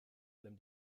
allem